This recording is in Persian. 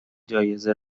جایزه